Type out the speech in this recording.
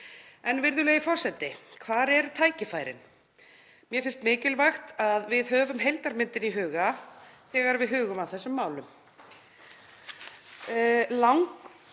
En, virðulegi forseti, hvar eru tækifærin? Mér finnst mikilvægt að við höfum heildarmyndina í huga þegar við hugum að þessum málum.